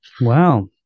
wow